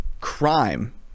Crime